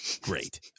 great